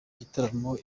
igitaramo